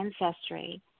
ancestry